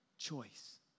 Choice